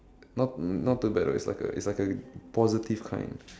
not not too bad though it's like a it's like a positive kind